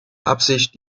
absicht